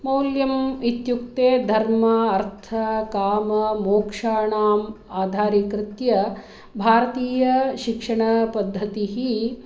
मौल्यम् इत्युक्ते धर्म अर्थ काम मोक्षाणाम् आधारीकृत्य भारतीयशिक्षणपद्धतिः